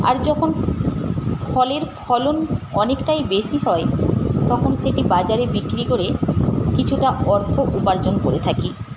আর যখন ফলের ফলন অনেকটাই বেশি হয় তখন সেটি বাজারে বিক্রি করে কিছুটা অর্থ উপার্জন করে থাকি